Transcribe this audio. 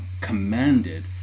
commanded